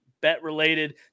bet-related